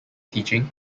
teaching